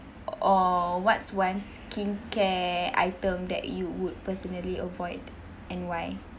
or what's one skincare item that you would personally avoid and why